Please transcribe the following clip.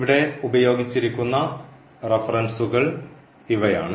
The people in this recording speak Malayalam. ഇവിടെ ഉപയോഗിച്ചിരിക്കുന്ന റഫറൻസുകൾ ഇവയാണ്